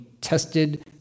tested